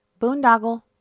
Boondoggle